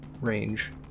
range